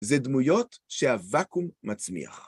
זה דמויות שהוואקום מצמיח.